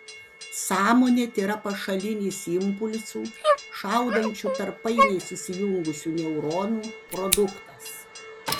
sąmonė tėra pašalinis impulsų šaudančių tarp painiai susijungusių neuronų produktas